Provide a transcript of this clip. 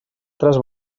tres